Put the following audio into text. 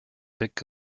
deckt